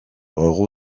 euro